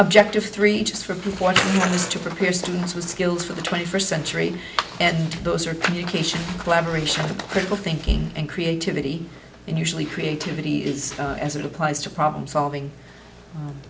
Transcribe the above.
objective three just from the point is to prepare students with skills for the twenty first century and those are communication collaboration of critical thinking and creativity and usually creativity is as it applies to problem solving